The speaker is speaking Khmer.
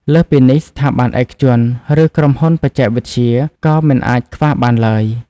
លើសពីនេះ ស្ថាប័នឯកជន ឬក្រុមហ៊ុនបច្ចេកវិទ្យាក៏មិនអាចខ្វះបានឡើយ។